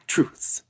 Truths